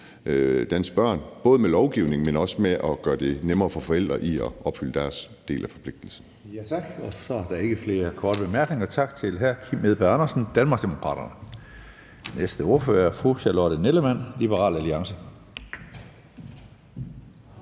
danske børn, både med lovgivning, men også med at gøre det nemmere for forældrene at opfylde deres del af forpligtelsen.